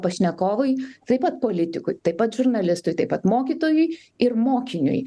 pašnekovui taip pat politikui taip pat žurnalistui taip pat mokytojui ir mokiniui